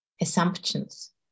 assumptions